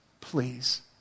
please